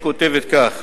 כותבת כך: